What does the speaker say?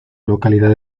localidad